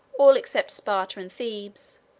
all except sparta and thebes,